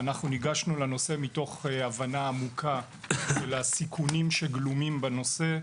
ניגשנו לנושא מתוך הבנה עמוקה לסיכונים שגלומים בנושא,